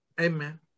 amen